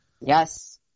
Yes